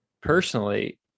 personally